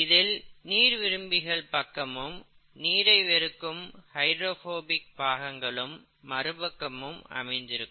இதில் நீர் விரும்பிகள் பக்கமும் நீரை வெறுக்கும் ஹைட்ரோபோபிக் பாகங்கள் மறுபக்கமும் அமைந்திருக்கும்